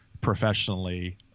professionally